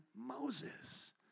Moses